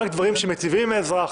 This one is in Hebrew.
רק דברים שמטיבים עם האזרח,